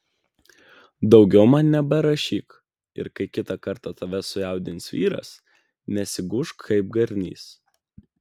daugiau man neberašyk ir kai kitą kartą tave sujaudins vyras nesigūžk kaip garnys